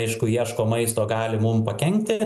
aišku ieško maisto gali mum pakenkti